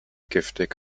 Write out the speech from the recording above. giftig